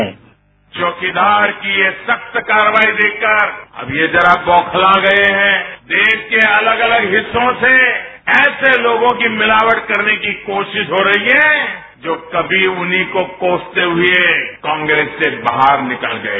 bite PM चौकीदार की ये सख्त कार्रवाई देखकर अब ये जरा बौखला गए हैं देश के अलग अलग हिस्सों से ऐसे लोगों की मिलावट करने की कोशिश हो रही है जो कभी उन्हीं को कोसते हुए कांग्रेस से बाहर निकल गए